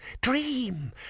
dream